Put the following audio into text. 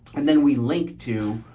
and then we link to,